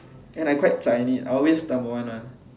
and I quite zai in it I always number one [one]